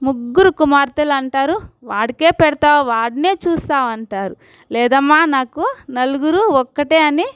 ముగ్గురు కుమార్తెలంటారు వాడికే పెడతావు వాడినే చూస్తావు అంటారు లేదమ్మా నాకు నలుగురు ఒక్కటే అని